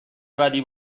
بدی